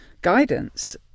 guidance